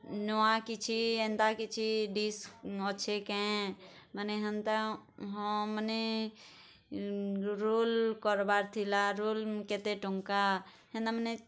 ନୂଆ କିଛି ଏନ୍ତା କିଛି ଡିସ୍ ଅଛେ କେଁ ମାନେ ହେନ୍ତା ହଁ ମାନେ ରୋଲ୍ କରବାର୍ ଥିଲା ରୋଲ୍ କେତେ ଟଙ୍କା ହେନ୍ତାମାନେ